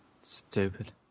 stupid